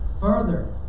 further